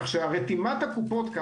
כך שרתימת הקופות פה